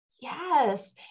Yes